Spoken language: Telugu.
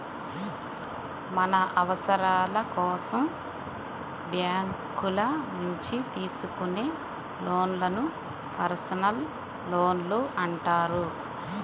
మన అవసరాల కోసం బ్యేంకుల నుంచి తీసుకునే లోన్లను పర్సనల్ లోన్లు అంటారు